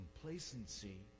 complacency